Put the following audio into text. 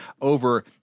over –